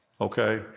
okay